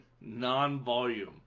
non-volume